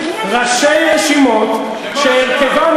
ראשי רשימות שהרכבן,